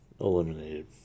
eliminated